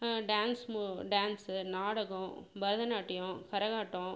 dance மு dance நாடகம் பரதநாட்டியம் கரகாட்டம்